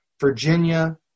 Virginia